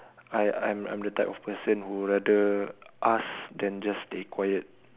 I I'm I'm the type of person who would rather ask then just stay quiet